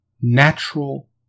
natural